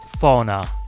Fauna